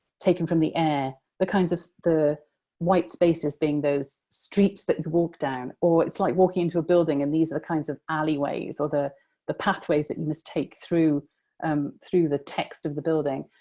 taken from the air, the kinds of, the white spaces being those streets that you could walk down, or it's like walking into a building and these are kinds of alleyways or the the pathways that you must take through um through the text of the building.